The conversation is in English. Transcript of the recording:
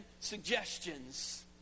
Suggestions